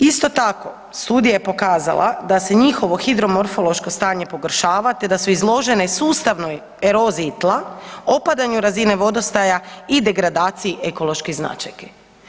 Isto tako, studija je pokazala da se njihovo hidromorfološko stanje pogoršava te da su izložene sustavnoj eroziji tla, opadanju razine vodostaja i degradaciji ekoloških značajki.